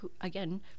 again